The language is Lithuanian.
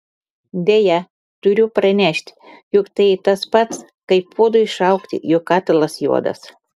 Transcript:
deja turiu pranešti jog tai tas pats kaip puodui šaukti jog katilas juodas